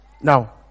Now